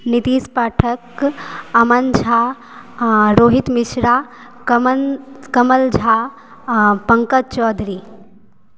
नीतीश पाठक अमन झा आ रोहित मिश्रा कमन कमल झा आ पङ्कज चौधरी